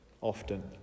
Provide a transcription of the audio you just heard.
often